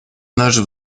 наш